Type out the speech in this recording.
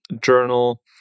Journal